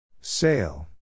Sail